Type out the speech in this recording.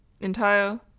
entire